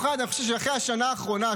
במיוחד אחרי השנה האחרונה,